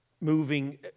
moving